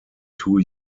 two